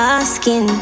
asking